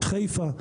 חיפה,